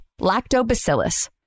lactobacillus